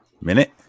minute